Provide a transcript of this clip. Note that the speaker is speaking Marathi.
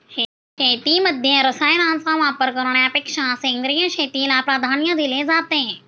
शेतीमध्ये रसायनांचा वापर करण्यापेक्षा सेंद्रिय शेतीला प्राधान्य दिले जाते